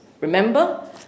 Remember